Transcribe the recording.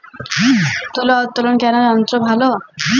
তুলা উত্তোলনে কোন যন্ত্র ভালো?